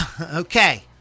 Okay